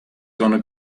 gonna